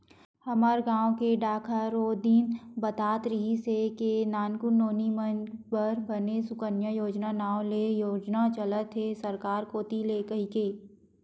हमर गांव के डाकहार ओ दिन बतात रिहिस हे के नानकुन नोनी मन बर बने सुकन्या योजना नांव ले योजना चलत हे सरकार कोती ले कहिके